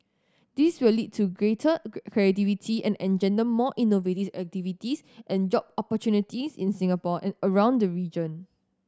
this will lead to greater creativity and engender more innovative activities and job opportunities in Singapore and around the region